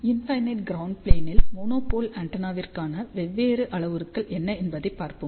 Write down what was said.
infinite ground plane ல் monopole ஆண்டெனாவிற்கான வெவ்வேறு அளவுருக்கள் என்ன என்பதைப் பார்ப்போம்